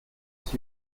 this